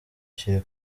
kiri